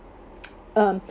um